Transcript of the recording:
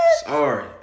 Sorry